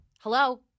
hello